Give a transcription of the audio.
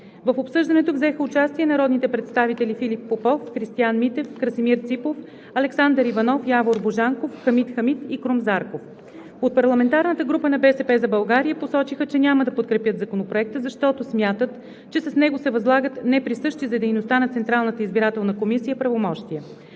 В обсъждането взеха участие народните представители Филип Попов, Христиан Митев, Красимир Ципов, Александър Иванов, Явор Божанков, Хамид Хамид и Крум Зарков. От парламентарната група на „БСП за България“ посочиха, че няма да подкрепят Законопроекта, защото смятат, че с него се възлагат неприсъщи за дейността на Централната избирателна комисия правомощия.